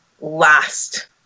last